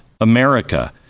America